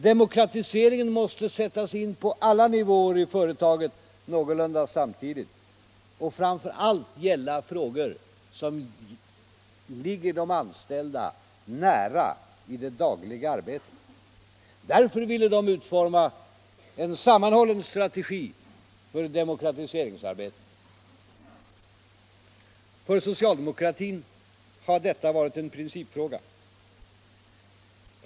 Demokratiseringen måste sättas in på alla nivåer i företaget någorlunda samtidigt och framför allt gälla frågor som ligger de anställda nära i det dagliga arbetet. Därför ville de utforma en sammanhållen strategi för demokratiseringsarbetet. För socialdemokratin har detta varit en principfråga.